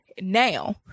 now